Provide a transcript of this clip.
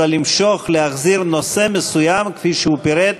אלא למשוך, להחזיר, נושא מסוים, כפי שהוא פירט,